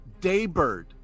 Daybird